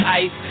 ice